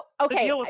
okay